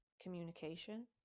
communication